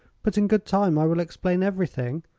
but in good time i will explain everything,